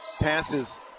passes